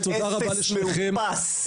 אפס מאופס,